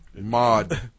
Mod